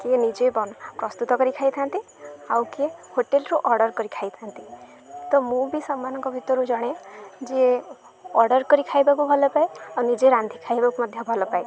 କିଏ ନିଜେ ବ ପ୍ରସ୍ତୁତ କରି ଖାଇଥାନ୍ତି ଆଉ କିଏ ହୋଟେଲ୍ରୁ ଅର୍ଡ଼ର୍ କରି ଖାଇଥାନ୍ତି ତ ମୁଁ ବି ସେମାନଙ୍କ ଭିତରୁ ଜଣେ ଯେ ଅର୍ଡ଼ର୍ କରି ଖାଇବାକୁ ଭଲ ପାଏ ଆଉ ନିଜେ ରାନ୍ଧି ଖାଇବାକୁ ମଧ୍ୟ ଭଲ ପାଏ